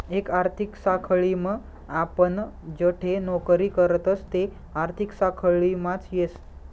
एक आर्थिक साखळीम आपण जठे नौकरी करतस ते आर्थिक साखळीमाच येस